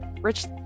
Rich